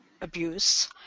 abuse